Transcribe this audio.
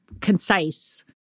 concise